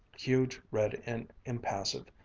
huge, red, and impassive,